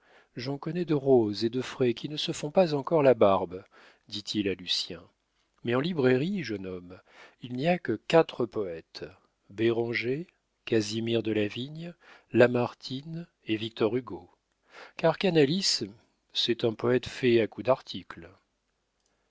j'en connais de roses et de frais qui ne se font pas encore la barbe dit-il à lucien mais en librairie jeune homme il n'y a que quatre poètes béranger casimir delavigne lamartine et victor hugo car canalis c'est un poète fait à coup